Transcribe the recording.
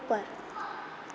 ઉપર